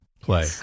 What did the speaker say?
play